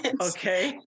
Okay